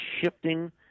shifting